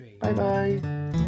bye-bye